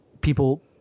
people